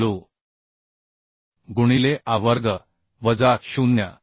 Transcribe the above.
5w गुणिले a वर्ग वजा 0